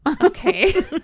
okay